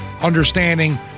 understanding